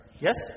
Yes